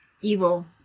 evil